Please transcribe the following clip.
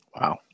Wow